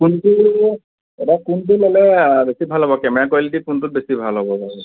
কোনটো এইবাৰ কোনটো ল'লে বেছি ভাল হ'ব কেমেৰা কোৱালিটী কোনটোত বেছি ভাল হ'ব বাৰু